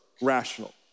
rational